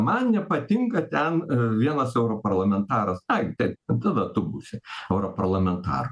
man nepatinka ten vienas europarlamentaras ai taip tada tu būsi europarlamentaru